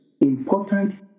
important